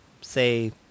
say